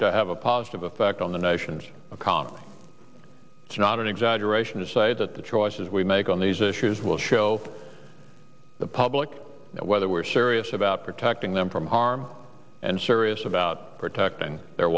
to have a positive effect on the nation's economy it's not an exaggeration to say that the choices we make on these issues will show the public whether we're serious about protecting them from harm and serious about protecting their